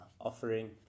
offering